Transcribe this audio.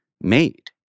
made